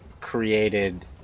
created